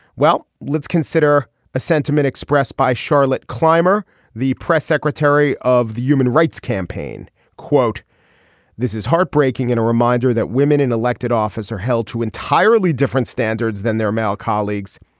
well let's consider a sentiment expressed by charlotte clymer the press secretary of the human rights campaign quote this is heartbreaking and a reminder that women in elected office are held to entirely different standards than their male colleagues.